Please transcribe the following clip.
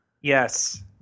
Yes